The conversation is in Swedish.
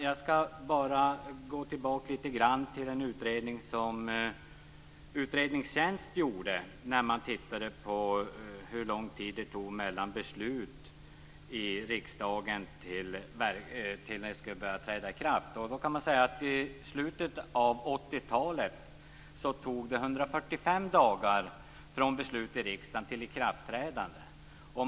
Jag skall gå tillbaka till en utredning som Riksdagens utredningstjänst gjorde. Man tittade då på hur lång tid det tog mellan beslut i riksdagen och ikraftträdande. I slutet av 1980-talet tog det 145 dagar mellan beslut i riksdagen och ett ikraftträdande.